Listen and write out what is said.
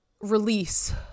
release